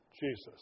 Jesus